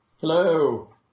Hello